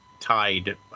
Tied